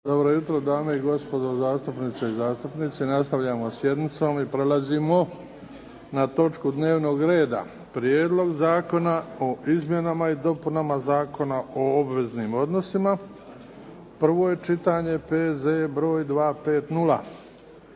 Luka (HDZ)** Dame i gospodo zastupnice i zastupnici. Nastavljamo sa sjednicom. Prelazimo na točku dnevnog reda. - Prijedlog zakona o izmjenama i dopunama Zakona o obveznim odnosima, prvo čitanje, P.Z. br. 250